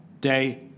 day